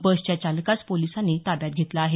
बसच्या चालकास पोलिसांनी ताब्यात घेतलं आहे